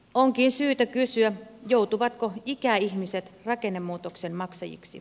onkin syytä kysyä joutuvatko ikäihmiset rakennemuutoksen maksajiksi